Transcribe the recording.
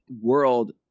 world